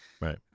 right